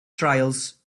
trials